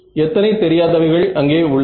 எத்தனை தெரியாதவைகள் அங்கே உள்ளன